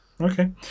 Okay